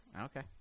Okay